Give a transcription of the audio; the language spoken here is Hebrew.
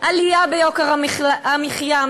עלייה ביוקר המחיה,